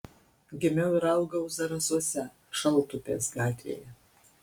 gimiau ir augau zarasuose šaltupės gatvėje